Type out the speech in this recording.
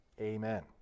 Amen